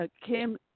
Kim